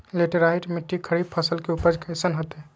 Laterite मिट्टी खरीफ फसल के उपज कईसन हतय?